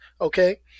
Okay